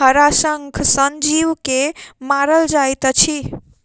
हराशंख सन जीव के मारल जाइत अछि